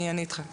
אני איתך.